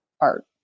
art